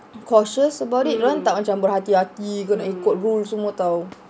cautious about it dorang macam tak berhati-hati nak ikut rules [tau]